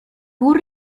pur